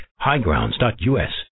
highgrounds.us